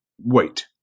Wait